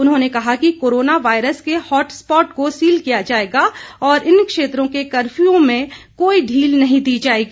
उन्होंने कहा कि कोरोना वायरस के हाटस्पाट को सील किया जाएगा और इन क्षेत्रों के कर्फ्यू में कोई ढील नहीं दी जाएगी